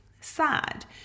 sad